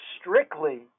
strictly